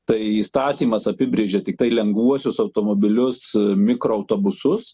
tai įstatymas apibrėžė tiktai lengvuosius automobilius mikroautobusus